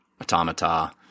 Automata